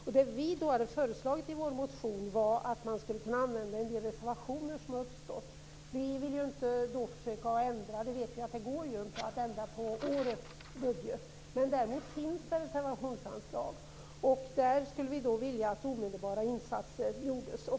Vad vi hade föreslagit i vår motion var att man skulle kunna använda en del reservationer som uppstått. Vi vet att det inte går att ändra på årets budget, men det finns reservationsanslag. Vi skulle vilja att omedelbara insatser görs.